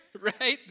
right